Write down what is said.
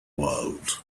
world